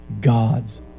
God's